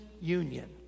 union